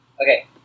Okay